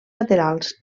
laterals